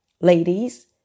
Ladies